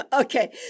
Okay